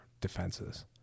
defenses